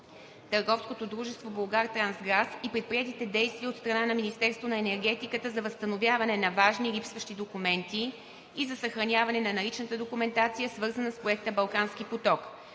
търговското дружество „Булгартрансгаз“, и предприетите действия от страна на Министерството на енергетиката за възстановяване на важни липсващи документи и за съхраняване на наличната документация, свързана с Проекта „Балкански поток“;